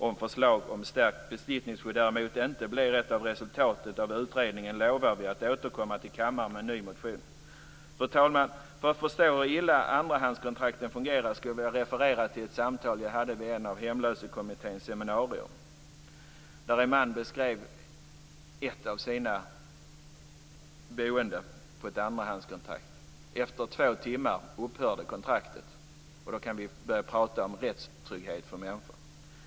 Om förslag om stärkt besittningsskydd däremot inte blir ett av resultaten av utredningen lovar vi att återkomma till kammaren med en ny motion. Fru talman! För att vi ska förstå hur illa andrahandskontrakten fungerar skulle jag vilja referera till ett samtal jag hade vid ett av Hemlösekommitténs seminarier, där en man beskrev ett av sina boenden på ett andrahandskontrakt: Efter två timmar upphörde kontraktet. Då kan vi börja prata om rättstrygghet för människor!